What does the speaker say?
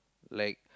like